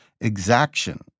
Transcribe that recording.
exaction